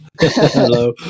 hello